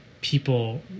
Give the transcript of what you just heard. people